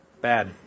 Bad